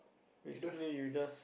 basically you just